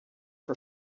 for